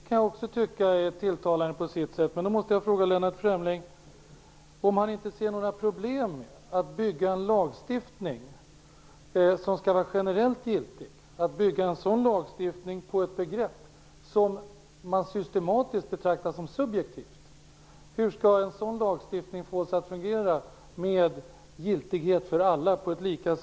Jag kan också tycka att det är tilltalande på sitt sätt, men jag måste också fråga Lennart Fremling om han inte ser några problem med att bygga en lagstiftning som skall vara generellt giltig på ett begrepp som man systematiskt betraktar som subjektivt. Hur skall man få en sådan lagstiftning att fungera med giltighet för alla på ett lika sätt?